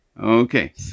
Okay